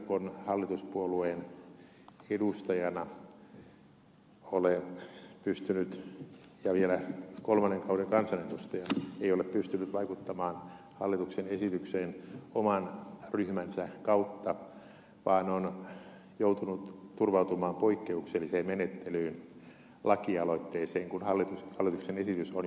hemmilä suurehkon hallituspuolueen edustajana ja vielä kolmannen kauden kansanedustajana ole pystynyt vaikuttamaan hallituksen esitykseen oman ryhmänsä kautta vaan on joutunut turvautumaan poikkeukselliseen menettelyyn lakialoitteeseen kun hallituksen esitys on jo eduskunnassa